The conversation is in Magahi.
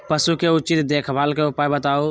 पशु के उचित देखभाल के उपाय बताऊ?